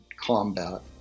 combat